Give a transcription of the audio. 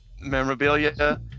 memorabilia